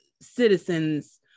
citizens